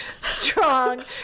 strong